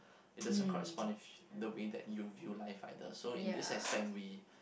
it doesn't correspond with the way you view life either so in this aspect we